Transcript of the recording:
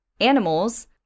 animals